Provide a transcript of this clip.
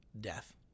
death